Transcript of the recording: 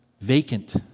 vacant